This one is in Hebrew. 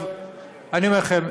אני אומר לכם,